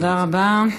תודה רבה.